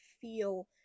feel